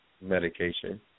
medication